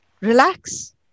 relax